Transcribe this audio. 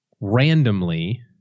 randomly